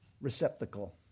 receptacle